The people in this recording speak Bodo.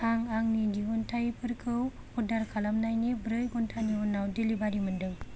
आं आंनि दिहुनथाइफोरखौ अर्डार खालामनायनि ब्रै घन्टानि उनाव डेलिबारि मोन्दों